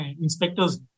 inspectors